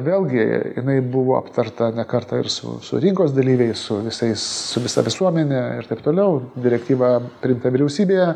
vėlgi jinai buvo aptarta ne kartą ir su su rinkos dalyviais su visais visa visuomene ir taip toliau direktyva priimta vyriausybėje